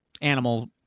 animal